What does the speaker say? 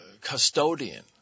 custodian